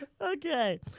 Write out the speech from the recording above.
Okay